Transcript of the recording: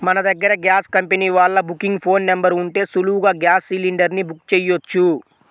మన దగ్గర gas company వాళ్ళ బుకింగ్ ఫోన్ నెంబర్ ఉంటే సులువుగా గ్యాస్ సిలిండర్ ని బుక్ చెయ్యొచ్చు